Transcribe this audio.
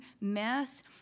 mess